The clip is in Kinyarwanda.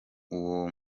uwo